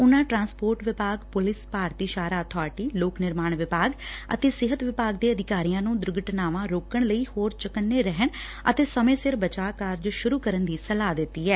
ਉਨਾ ਟਰਾਂਸਪੋਰਟ ਵਿਭਾਗ ਪੁਲਿਸ ਭਾਰਤੀ ਸ਼ਾਹਰਾਹ ਅਬਾਰਟੀ ਲੋਕ ਨਿਰਮਾਣ ਵਿਭਾਗ ਅਤੇ ਸਿਹਤ ਵਿਭਾਗ ਦੇ ਅਧਿਕਾਰੀਆਂ ਨੂੰ ਦੁਰਘਟਨਾਵਾਂ ਰੋਕਣ ਲਈ ਹੋਰ ਚੁਕੰਨੇ ਰਹਿਣ ਅਤੇ ਸਮੇ ਸਿਰ ਬਚਾਅ ਕਾਰਜ ਸੁਰੂ ਕਰਨ ਦੀ ਸਲਾਹ ਦਿੱਡੀ ਐ